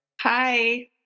Hi